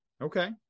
Okay